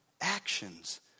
actions